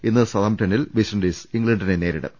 ഇന്ന് സതാംപ്ടണിൽ വെസ്റ്റിൻഡീസ് ഇംഗ്ലണ്ടിനെ നേരിടും